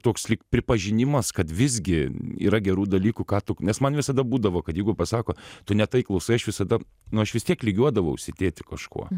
toks lyg pripažinimas kad visgi yra gerų dalykų ką tu nes man visada būdavo kad jeigu pasako tu ne tai klausai aš visada nu aš vis tiek lygiuodavausi į tėtį kažkuo